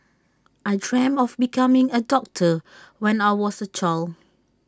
I dreamt of becoming A doctor when I was A child